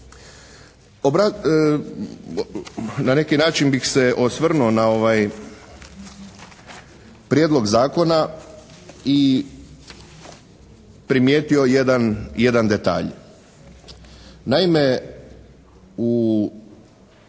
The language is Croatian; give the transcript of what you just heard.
Na neki način bi se osvrnuo na ovaj prijedlog zakona i primijetio jedan detalj.